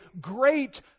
great